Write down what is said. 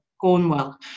Cornwell